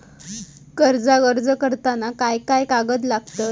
कर्जाक अर्ज करताना काय काय कागद लागतत?